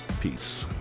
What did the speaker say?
peace